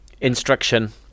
instruction